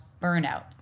burnout